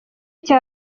cya